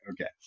okay